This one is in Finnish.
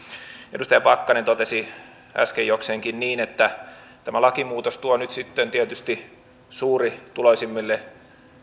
edustaja pakkanen totesi äsken jokseenkin niin että tämä lakimuutos tuo nyt sitten tietysti suurituloisimmille